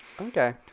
Okay